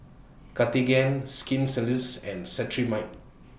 Cartigain Skin Ceuticals and Cetrimide